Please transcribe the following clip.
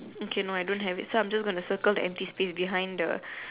okay no I don't have it so I'm just going to circle the empty space behind the